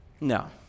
No